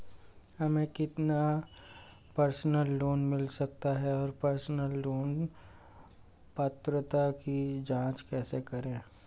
हमें कितना personal loan मिल सकता है और पर्सनल लोन पात्रता की जांच कैसे करें?